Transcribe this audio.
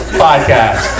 podcast